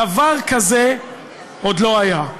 דבר כזה עוד לא היה.